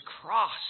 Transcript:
cross